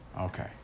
Okay